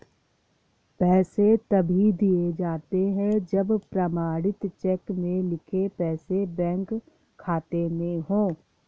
पैसे तभी दिए जाते है जब प्रमाणित चेक में लिखे पैसे बैंक खाते में हो